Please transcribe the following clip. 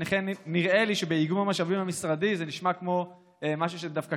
לכן נראה לי שבאיגום המשאבים המשרדי זה נשמע כמו משהו שדווקא